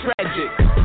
tragic